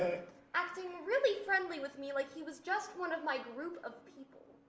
acting really friendly with me like he was just one of my group of people.